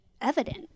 evident